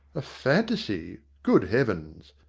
a fantasy! good heavens!